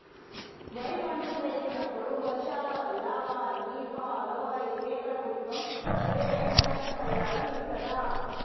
వరి పంట వేసినప్పుడు వర్షాల వల్ల వారిని ఫాలో అయితే ప్రభుత్వం ఏమైనా నష్టపరిహారం ఇస్తదా?